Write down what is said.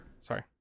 sorry